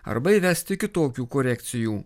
arba įvesti kitokių korekcijų